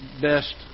best